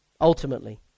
Ultimately